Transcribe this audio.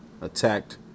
attacked